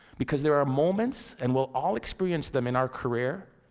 because there are moments, and we'll all experience them in our career,